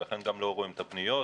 ולכן גם לא רואים את הפניות.